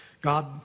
God